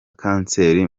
kanseri